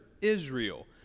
Israel